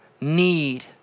need